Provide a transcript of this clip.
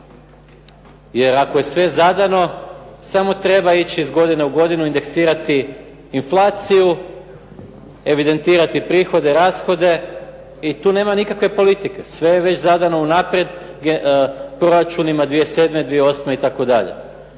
jer ako je sve zadano samo treba ići iz godine u godinu indeksirati inflaciju, evidentirati prihode, rashode, i tu nema nikakve politike. Sve je već zadano unaprijed proračunima 2007., 2008. itd.